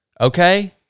okay